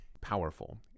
powerful